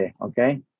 Okay